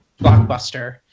blockbuster